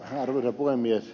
arvoisa puhemies